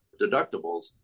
deductibles